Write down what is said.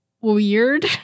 weird